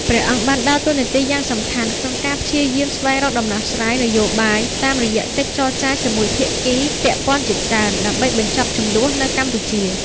ព្រះអង្គបានដើរតួនាទីយ៉ាងសំខាន់ក្នុងការព្យាយាមស្វែងរកដំណោះស្រាយនយោបាយតាមរយៈកិច្ចចរចាជាមួយភាគីពាក់ព័ន្ធជាច្រើន ដើម្បីបញ្ចប់ជម្លោះនៅកម្ពុជា។